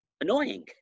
annoying